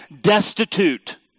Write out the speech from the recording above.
destitute